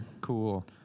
Cool